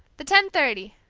the ten-thirty,